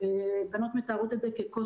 הרווחה והשירותים החברתיים בעקבות משבר הקורונה.